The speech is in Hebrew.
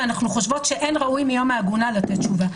ואנחנו חושבות שאין ראוי מיום העגונה לתת תשובה.